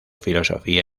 filosofía